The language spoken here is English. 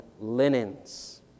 linens